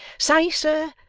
say, sir,